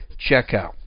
checkout